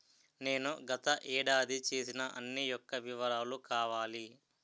నేను గత ఏడాది చేసిన అన్ని యెక్క వివరాలు కావాలి?